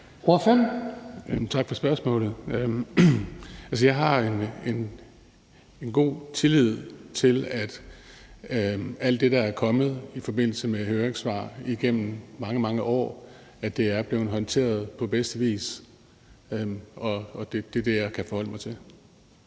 Tak for spørgsmålet. Altså, jeg har en god tillid til, at alt det, der er kommet i forbindelse med høringssvar igennem mange, mange år, er blevet håndteret på bedste vis, og det er det, jeg kan forholde mig til.